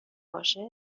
باشد